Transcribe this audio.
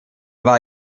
war